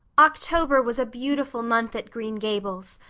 october was a beautiful month at green gables,